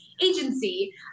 agency